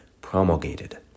promulgated